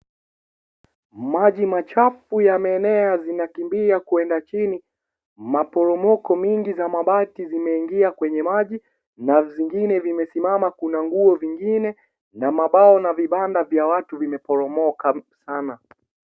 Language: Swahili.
Maji machafu yameenea, zinakimbia kwenda chini, maporomoko mingi za mabati zimeingia kwenye maji, na zingine zimesimama. Kuna nguo zingine na mabao na vibanda vya watu vimeporomoka sana.